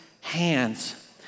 hands